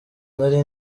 nari